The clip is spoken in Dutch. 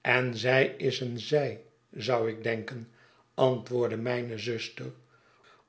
en zij is een zij zou ikdenken antwoordde mijne zuster